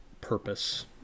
purpose